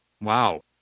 wow